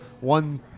one